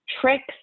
tricks